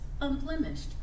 unblemished